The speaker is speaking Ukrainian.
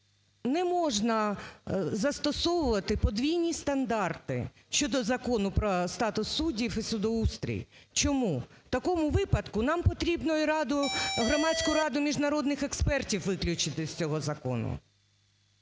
Не можна застосовувати подвійні стандарти щодо Закону про статус суддів і судоустрій. Чому? В такому випадку нам потрібно і раду… Громадську раду міжнародних експертів виключити з цього закону.